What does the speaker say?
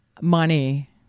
money